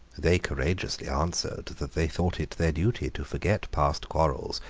they courageously answered that they thought it their duty to forget past quarrels,